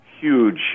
huge